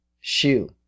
shoe